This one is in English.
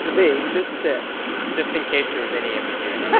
the. this is it just in case there was any ambiguity